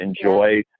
Enjoy